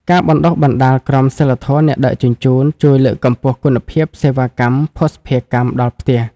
ការបណ្ដុះបណ្ដាល "ក្រមសីលធម៌អ្នកដឹកជញ្ជូន" ជួយលើកកម្ពស់គុណភាពសេវាកម្មភស្តុភារកម្មដល់ផ្ទះ។